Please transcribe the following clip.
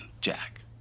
Jack